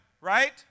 right